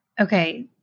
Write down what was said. Okay